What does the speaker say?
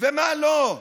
ומה לא.